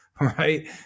right